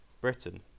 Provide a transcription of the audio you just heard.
Britain